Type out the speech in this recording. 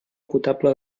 potable